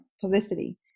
publicity